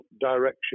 direction